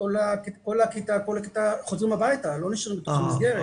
כל הכיתה חוזרים הביתה, לא נשארים בתוך המסגרת.